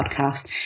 Podcast